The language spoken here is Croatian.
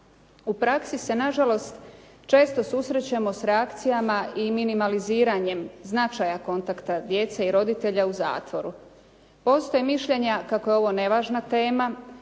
U praksi se nažalost često susrećemo s reakcijama i minimaliziranjem značaja kontakta djece i roditelja u zatvoru. Postoje mišljenja kako je ovo nevažna tema